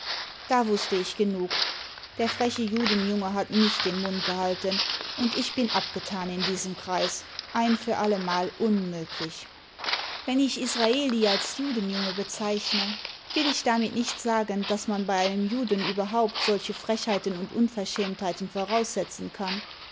da wußte ich genug der freche juden junge hat nicht den mund gehalten imd ich bin abgetan in diesem kreis ein für allemal unmöglich wenn ich israeli als judenjunge bezeichne will ich damit nicht sagen daß man bei einem juden überhaupt solche frechheiten und unverschämtheiten voraussetzen kann